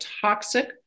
toxic